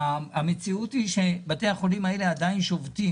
המציאות היא שבתי החולים האלה עדיין שובתים.